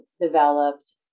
developed